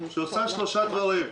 שעושה שלושה דברים: